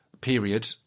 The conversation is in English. period